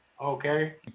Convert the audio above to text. okay